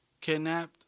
kidnapped